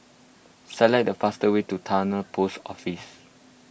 select the fastest way to Towner Post Office